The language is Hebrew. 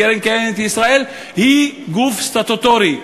קרן קיימת לישראל היא גוף סטטוטורי,